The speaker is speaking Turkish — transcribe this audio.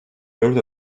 dört